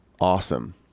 awesome